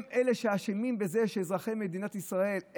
אלה שאשמים בזה שאזרחי מדינת ישראל,